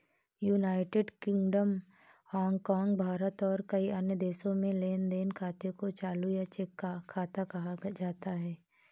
United Kingdom, Hong Kong, Bharat और कई अन्य देशों में लेन देन खाते को चालू या चेक खाता कहा जाता है